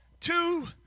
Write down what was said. two